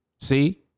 See